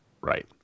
Right